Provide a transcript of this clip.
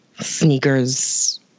sneakers